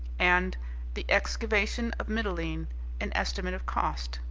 and the excavation of mitylene an estimate of cost,